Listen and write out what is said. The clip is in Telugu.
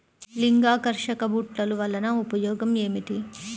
లింగాకర్షక బుట్టలు వలన ఉపయోగం ఏమిటి?